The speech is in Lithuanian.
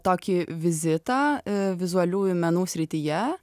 tokį vizitą vizualiųjų menų srityje